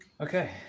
Okay